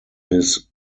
his